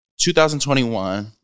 2021